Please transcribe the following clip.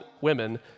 women